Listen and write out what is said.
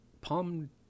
palm